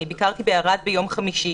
ביקרתי בערד ביום חמישי,